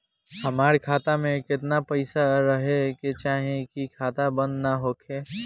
हमार खाता मे केतना पैसा रहे के चाहीं की खाता बंद ना होखे?